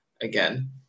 again